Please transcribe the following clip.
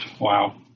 Wow